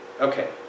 okay